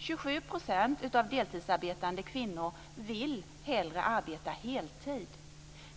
27 % av de deltidsarbetande kvinnorna vill hellre arbeta heltid.